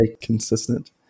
consistent